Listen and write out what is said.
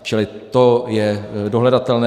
Čili to je dohledatelné.